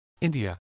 India